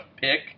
pick